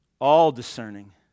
All-discerning